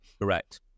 Correct